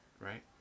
right